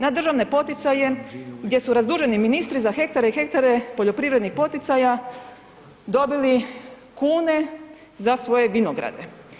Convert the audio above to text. Na državne poticaje gdje su razduženi ministri za hektar i hektare poljoprivrednih poticaja dobili kune za svoje vinograde.